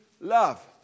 love